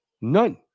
None